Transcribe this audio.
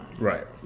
right